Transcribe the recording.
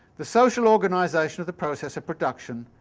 the social organization of the process of production,